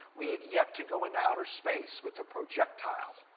we had yet to go into outer space with a projectile.